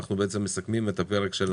אנחנו בעצם מסכמים את הפרק של